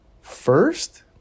first